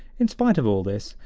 in spite of all this,